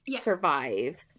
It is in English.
survive